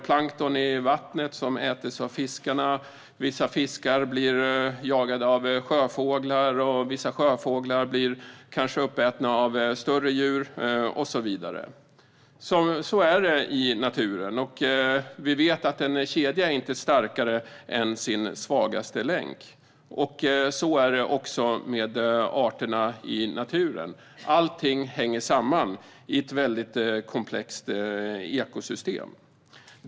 Plankton i vattnet äts av fiskarna, vissa fiskar blir jagade av sjöfåglar, vissa sjöfåglar blir kanske uppätna av större djur och så vidare. Så är det i naturen. Vi vet att en kedja inte är starkare än sin svagaste länk, och så är det också med arterna i naturen. Allting hänger samman i ett väldigt komplext ekosystem.